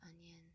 onion